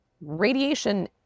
Radiation